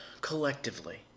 collectively